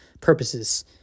purposes